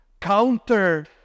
counter